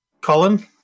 Colin